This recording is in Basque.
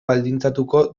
baldintzatuko